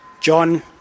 John